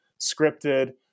scripted